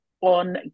on